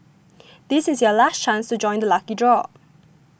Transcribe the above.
this is your last chance to join the lucky draw